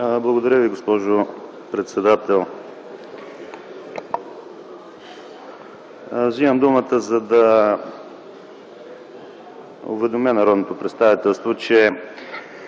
Благодаря Ви, госпожо председател. Вземам думата, за да уведомя народното представителство, че